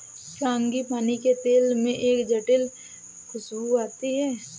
frangipani के तेल में एक जटिल खूशबू आती है